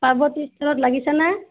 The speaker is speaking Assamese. পাৰ্বতী ষ্টৰত লাগিছেনে